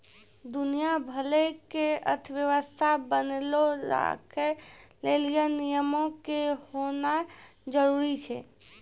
दुनिया भरि के अर्थव्यवस्था बनैलो राखै लेली नियमो के होनाए जरुरी छै